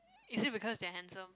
is it because they are handsome